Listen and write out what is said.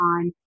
on